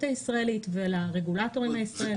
הישראלית ולרגולטורים הישראליים.